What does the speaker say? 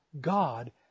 God